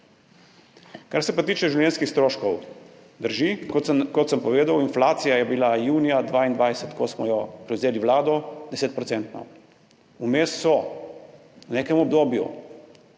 Kar se pa tiče življenjski stroškov, drži. Kot sem povedal, inflacija je bila junija 2022, ko smo prevzeli vlado, 10-procentna. Vmes so v nekem obdobju